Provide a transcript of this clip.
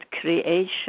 creation